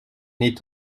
nez